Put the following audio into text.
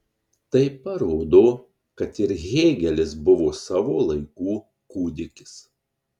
tai parodo kad ir hėgelis buvo savo laikų kūdikis